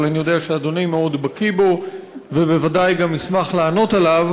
אבל אני יודע שאדוני מאוד בקי בו ובוודאי גם ישמח לענות עליו,